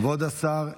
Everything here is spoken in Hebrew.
כבוד השר השיב.